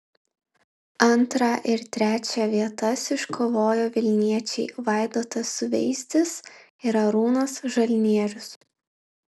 antrą ir trečią vietas iškovojo vilniečiai vaidotas suveizdis ir arūnas žalnierius